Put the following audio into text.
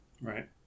Right